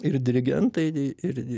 ir dirigentai ir